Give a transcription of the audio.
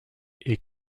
est